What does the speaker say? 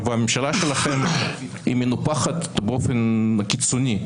והממשלה שלכם מנופחת באופן קיצוני.